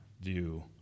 view